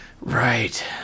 Right